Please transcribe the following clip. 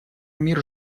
мир